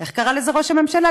איך קרא לזה ראש הממשלה?